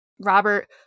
Robert